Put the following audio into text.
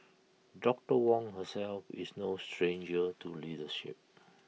doctor Wong herself is no stranger to leadership